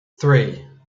three